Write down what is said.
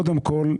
קודם כול,